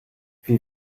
wir